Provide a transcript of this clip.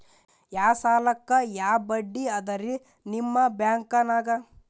ಯಾ ಸಾಲಕ್ಕ ಯಾ ಬಡ್ಡಿ ಅದರಿ ನಿಮ್ಮ ಬ್ಯಾಂಕನಾಗ?